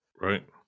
Right